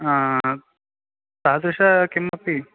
तादृशं किमपि